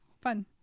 fun